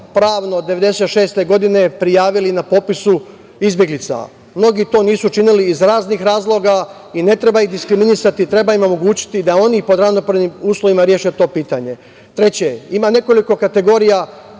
1996. godine prijavili na popisu izbeglica. Mnogi to nisu učinili iz raznih razloga i ne treba ih diskriminisati, treba im omogućiti da oni pod ravnopravnim uslovima reše to pitanje. Treće, ima nekoliko kategorija